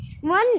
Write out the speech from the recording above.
one